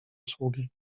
sługi